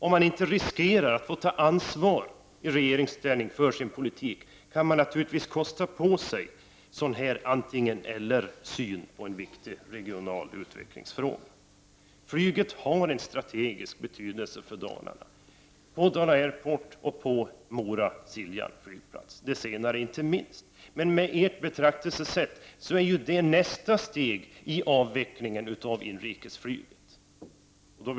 Om man inte riskerar att få ta ansvar i regeringsställning för sin politik, kan man kosta på sig en sådan här antingen-eller-syn i en viktig regional utvecklingsfråga. Flygtrafiken på Dala Airport och inte minst på Mora/Siljans flygplats har en strategisk betydelse för Dalarna. Med ert betraktelsesätt är nästa steg i avvecklingen av inrikesflyget att denna trafik upphör.